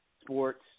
sports